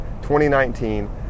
2019